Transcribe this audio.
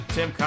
Tim